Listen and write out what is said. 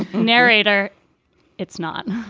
narrator it's not